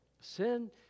Sin